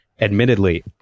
Admittedly